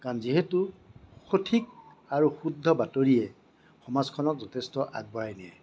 কাৰণ যিহেতু সঠিক আৰু শুদ্ধ বাতৰিয়ে সমাজখনক যথেষ্ট আগবঢ়াই নিয়ে